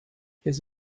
his